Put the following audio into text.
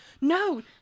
No